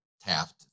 taft